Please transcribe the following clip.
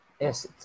yes